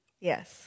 Yes